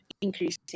increasing